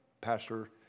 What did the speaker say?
Pastor